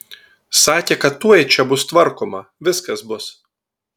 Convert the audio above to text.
sakė kad tuoj čia bus tvarkoma viskas bus